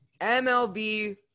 MLB